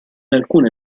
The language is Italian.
alcune